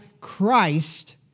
Christ